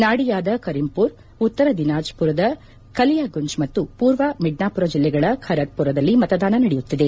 ನಾಡಿಯಾದ Karimpur ಉತ್ತರ ದಿನಾಜ್ ಪುರದ ಕಲಿಯಗುಂಜ್ ಮತ್ತು ಪೂರ್ವ ಮಿಡ್ಕಾಪುರ ಜಿಲ್ಲೆಗಳ ಖರಗ್ ಪುರದಲ್ಲಿ ಮತದಾನ ನಡೆಯುತ್ತಿದೆ